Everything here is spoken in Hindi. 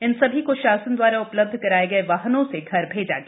इन सभी को शासन द्वारा उपलब्ध कराये गये वाहनों से घर भेजा गया